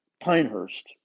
Pinehurst